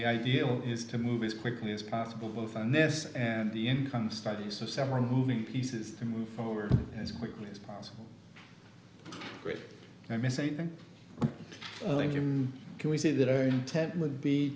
the ideal is to move as quickly as possible both on this and the income studies of several moving pieces to move forward as quickly as possible if i miss anything can we say that our intent would be